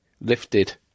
lifted